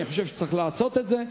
אני חושב שצריך לעשות את זה.